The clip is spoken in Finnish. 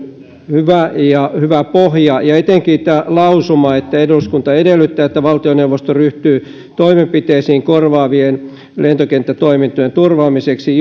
hyvä pohja etenkin tämä lausuma että eduskunta edellyttää että valtioneuvosto ryhtyy toimenpiteisiin korvaavien lentokenttätoimintojen turvaamiseksi